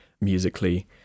musically